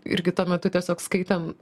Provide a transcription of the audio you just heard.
irgi tuo metu tiesiog skaitom